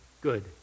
good